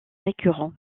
récurrent